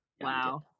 wow